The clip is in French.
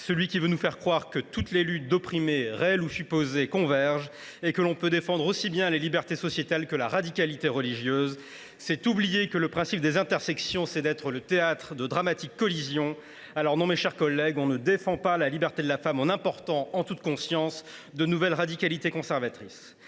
celui qui veut nous faire croire que toutes les luttes d’opprimés – réelles ou supposées – convergent et que l’on peut défendre aussi bien les libertés sociétales que la radicalité religieuse. C’est oublier que le principe des intersections est d’être le théâtre de dramatiques collisions ! Non, mes chers collègues, on ne défend pas la liberté de la femme en important, en toute conscience, de nouvelles radicalités conservatrices.